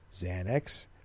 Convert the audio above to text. Xanax